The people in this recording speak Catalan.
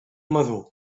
madur